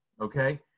Okay